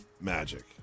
Magic